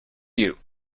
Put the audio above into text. you